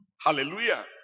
hallelujah